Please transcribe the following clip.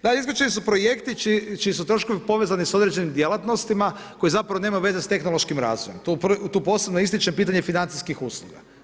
Da izvučeni su projekti čiji su troškovi povezani s određenim djelatnostima, koji zapravo nema veze s tehnološkim razvojem, tu posebno ističem pitanje financijskih usluga.